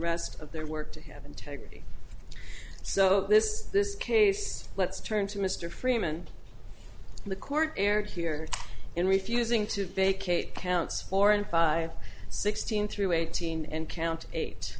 rest of their work to have integrity so this this case let's turn to mr freeman the court erred here in refusing to vacate counts four and five sixteen through eighteen and count